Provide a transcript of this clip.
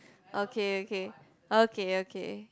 okay okay okay okay